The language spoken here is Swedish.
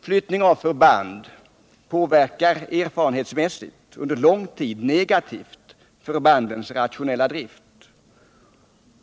Flyttning av förband påverkar erfarenhetsmässigt under lång tid negativt förbandens rationella drift.